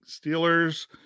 Steelers